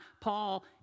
Paul